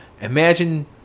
Imagine